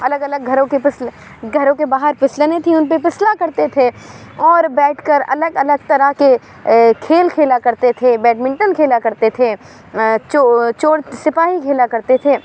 الگ الگ گھروں کے پھسل گھروں کے باہر پھسلنیں تھیں ان پر پھسلا کرتے تھے اور بیٹھ کر الگ الگ طرح کے کھیل کھیلا کرتے تھے بیڈمنٹن کھیلا کرتے تھے چور چور سپاہی کھیلا کرتے تھے